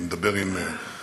אני מדבר עם הודו,